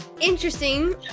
Interesting